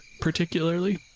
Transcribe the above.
particularly